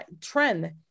trend